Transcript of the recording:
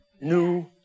new